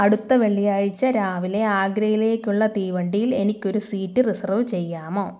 അടുത്ത വെള്ളിയാഴ്ച രാവിലെ ആഗ്രയിലേക്കുള്ള തീവണ്ടിയിൽ എനിക്കൊരു സീറ്റ് റിസർവ് ചെയ്യാമോ